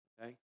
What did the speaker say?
okay